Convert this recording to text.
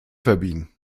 verbiegen